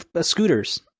Scooters